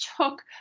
took